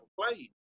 played